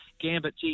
Gambit